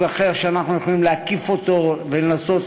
אחר שאנחנו יכולים להקיף אותו ולנסות